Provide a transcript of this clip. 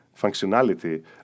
functionality